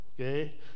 okay